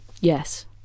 Yes